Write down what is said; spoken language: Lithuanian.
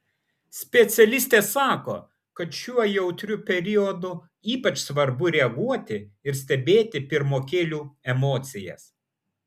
specialistė sako kad šiuo jautriu periodu ypač svarbu reaguoti ir stebėti pirmokėlių emocijas